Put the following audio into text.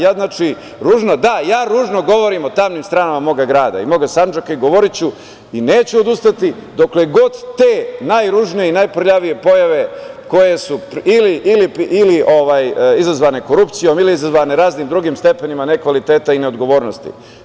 Znači, da, ja ružno govorim o tamnim stranama moga grada, moga Sandžaka i govoriću i neću odustati dokle god te najružnije i najprljavije pojave koje su izazvane korupcijom ili izazvane raznim drugim stepenima nekvaliteta i neodgovornosti…